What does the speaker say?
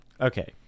okay